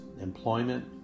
employment